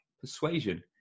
persuasion